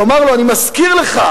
הוא אמר לו: אני מזכיר לך,